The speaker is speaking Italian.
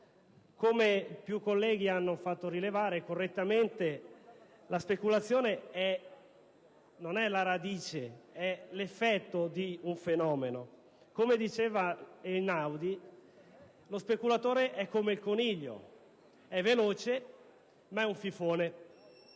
Come più colleghi hanno correttamente fatto rilevare, la speculazione non è la radice, ma è l'effetto di un fenomeno. Come diceva Einaudi, lo speculatore è come il coniglio: è veloce ma è un fifone,